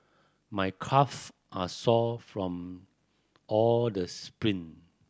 my calve are sore from all the sprint